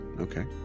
Okay